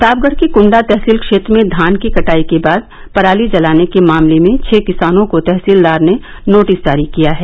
प्रतापगढ़ के कुंडा तहसील क्षेत्र में धान की कटाई के बाद पराली जलाने के मामले में छह किसानों को तहसीलदार ने नोटिस जारी किया है